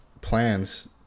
plans